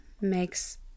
makes